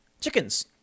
Chickens